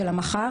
של המח"ר